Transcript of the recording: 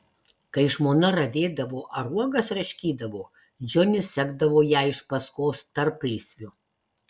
kai žmona ravėdavo ar uogas raškydavo džonis sekdavo ją iš paskos tarplysviu